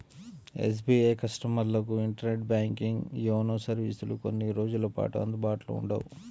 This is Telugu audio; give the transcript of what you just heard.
ఎస్.బీ.ఐ కస్టమర్లకు ఇంటర్నెట్ బ్యాంకింగ్, యోనో సర్వీసులు కొన్ని రోజుల పాటు అందుబాటులో ఉండవు